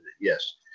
Yes